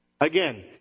Again